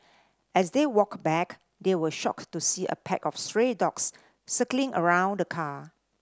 as they walked back they were shocked to see a pack of stray dogs circling around the car